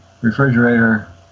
refrigerator